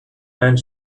and